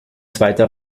zweiter